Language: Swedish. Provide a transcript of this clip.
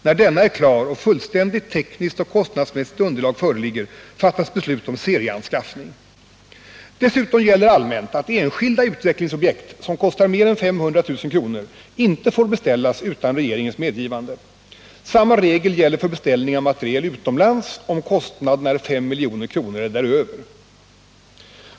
När denna är klar och fullständigt tekniskt och kostnadsmässigt underlag föreligger fattas beslut om serieanskaffning. Dessutom gäller allmänt att enskilda utvecklingsobjekt som kostar mer än 500 000 kr. inte får beställas utan regeringens medgivande. Samma regel gäller för beställning av materiel utomlands om kostnaden är 5 milj.kr. eller däröver.